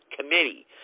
committee